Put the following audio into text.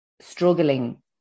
struggling